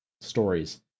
stories